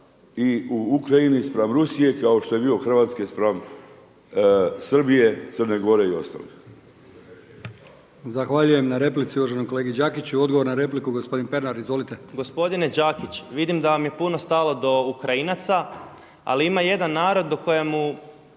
i u Ukrajini spram Rusije kao što je bio Hrvatske spram Srbije, Crne Gore i ostalog. **Brkić, Milijan (HDZ)** Zahvaljujem na replici uvaženom kolegi Đakiću. Odgovor na repliku gospodin Pernar. Izvolite. **Pernar, Ivan (Abeceda)** Gospodine Đakić, vidim da vam je puno stalo do Ukrajinaca. Ali ima jedan narod do kojemu